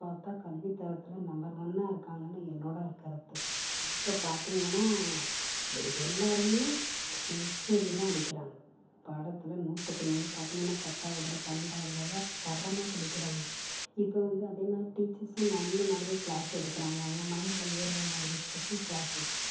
பார்த்தா கல்வித் தரத்தில் நம்பர் ஒன்னாக இருக்காங்கன்னு என்னோடய கருத்து இப்போ பார்த்தீங்கன்னா ப எல்லோருமே செஞ்சுரி தான் அடிக்கிறாங்க பாடத்தில் நூற்றுக்கு நூறு பார்த்தீங்கன்னா பத்தாவதில் பன்னெண்டாவதில் எல்லாம் தரமாக படிக்கிறாங்க இப்போ வந்து அதே மாதிரி டீச்சர்ஸும் நல்ல மாதிரியாக க்ளாஸ் எடுக்கிறாங்க அவங்க மைண்டில் ஏறுற மாதிரி ஸ்பெஷல் க்ளாஸஸ்